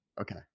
Okay